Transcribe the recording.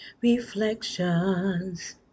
reflections